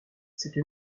cette